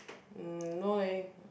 mm no leh